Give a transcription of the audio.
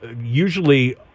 usually